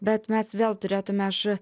bet mes vėl turėtume aš